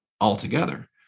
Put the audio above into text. altogether